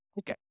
Okay